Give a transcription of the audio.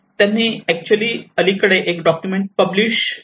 त्यांनी ऍक्च्युली अलीकडे एक डॉक्युमेंट पब्लिष केले आहे